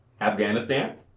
Afghanistan